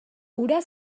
hura